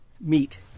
meet